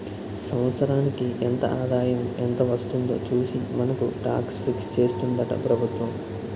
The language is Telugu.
సంవత్సరానికి ఎంత ఆదాయం ఎంత వస్తుందో చూసి మనకు టాక్స్ ఫిక్స్ చేస్తుందట ప్రభుత్వం